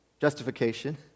justification